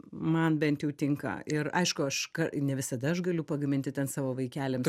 man bent jau tinka ir aišku aš ką ne visada aš galiu pagaminti ten savo vaikeliams